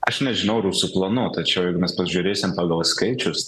aš nežinau rusų planų tačiau jeigu mes pažiūrėsim pagal skaičius